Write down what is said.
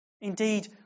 Indeed